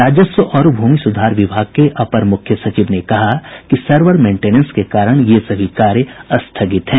राजस्व और भूमि सुधार विभाग के अपर मुख्य सचिव ने कहा है कि सर्वर मेंटेनेन्स के कारण ये सभी कार्य स्थगित हैं